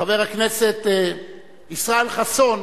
חבר הכנסת ישראל חסון